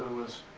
was,